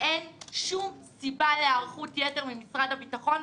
אין שום סיבה להיערכות יתר ממשרד הביטחון,